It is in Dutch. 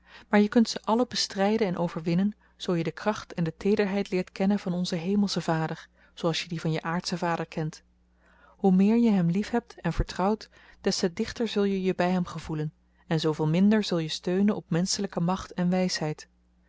maar je kunt ze allen bestrijden en overwinnen zoo je de kracht en de teederheid leert kennen van onzen hemelschen vader zooals je die van je aardschen vader kent hoe meer je hem liefhebt en vertrouwt des te dichter zul je je bij hem gevoelen en zooveel minder zul je steunen op menschelijke macht en wijsheid